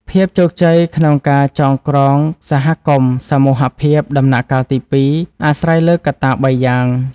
ភាពជោគជ័យក្នុងការចងក្រងសហគមន៍សមូហភាពដំណាក់កាលទី២ អាស្រ័យលើកត្តា ៣ យ៉ាង។